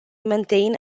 maintain